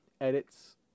edits